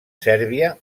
sèrbia